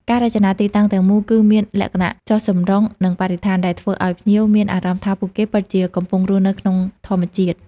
ការរចនាទីតាំងទាំងមូលគឺមានលក្ខណៈចុះសម្រុងនឹងបរិស្ថាន ដែលធ្វើឲ្យភ្ញៀវមានអារម្មណ៍ថាពួកគេពិតជាកំពុងរស់នៅក្នុងធម្មជាតិ។